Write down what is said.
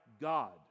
God